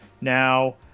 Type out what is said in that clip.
now